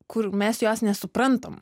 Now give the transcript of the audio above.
kur mes jos nesuprantam